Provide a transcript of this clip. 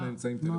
מה?